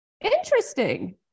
Interesting